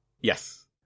yes